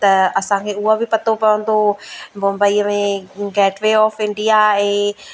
त असांखे उहा बि पतो पवंदो बम्बई में गेटवे ऑफ इंडिया आहे